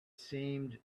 seemed